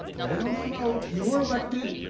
oh, no, no, no. you were elected,